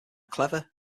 clever